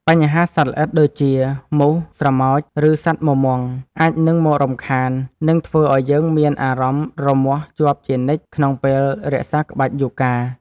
បញ្ហាសត្វល្អិតដូចជា មូស ស្រមោច ឬសត្វមមង់ អាចនឹងមករំខាន និងធ្វើឱ្យយើងមានអារម្មណ៍រមាស់ជាប់ជានិច្ចក្នុងពេលរក្សាក្បាច់យូហ្គា។